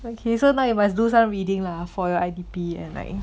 okay so now you must do some reading lah for your I_D_P and like